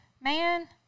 man